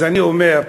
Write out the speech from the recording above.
אז אני אומר,